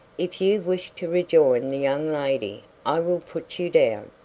if you wish to rejoin the young lady i will put you down.